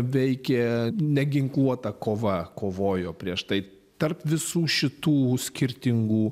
veikė neginkluota kova kovojo prieš tai tarp visų šitų skirtingų